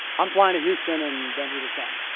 i'm flying to houston. and then he was gone.